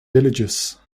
villages